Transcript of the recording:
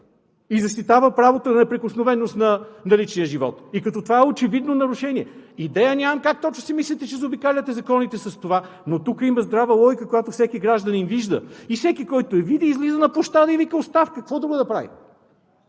и защитава правото на неприкосновеност на личния живот, и като това е очевидно нарушение? Идея нямам как точно си мислите, че ще заобикаляте законите с това, но тук има здрава логика, която всеки гражданин вижда и всеки, който я види, излиза на площада и вика: „Оставка!“ Какво друго да прави?